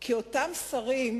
כי אותם שרים,